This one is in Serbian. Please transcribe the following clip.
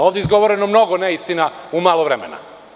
Ovde je izgovoreno mnogo neistina u malo vremena.